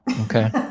okay